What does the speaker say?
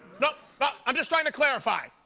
but but i'm just trying to clarify.